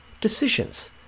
decisions